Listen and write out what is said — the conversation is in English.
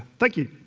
thank you.